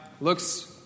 looks